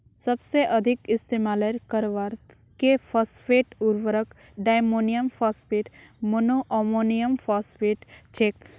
सबसे अधिक इस्तेमाल करवार के फॉस्फेट उर्वरक डायमोनियम फॉस्फेट, मोनोअमोनियमफॉस्फेट छेक